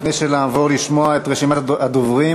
לפני שנעבור לשמוע את רשימת הדוברים,